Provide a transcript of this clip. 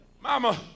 mama